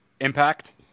Impact